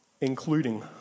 Including